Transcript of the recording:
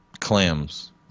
clams